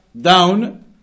down